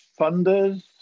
funders